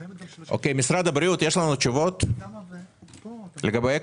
משרד הבריאות, יש לנו תשובות לגבי אקמו?